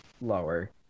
lower